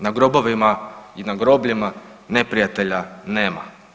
Na grobovima i na grobljima neprijatelja nema.